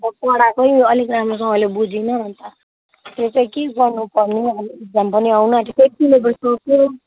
पढाएकै अलिक राम्रोसँगले बुझिन अन्त त्यो चाहिँ के गर्नुपर्ने एक्जाम पनि आउनु आँट्यो फेरि सिलेबस सक्यो